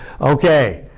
okay